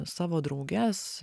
savo drauges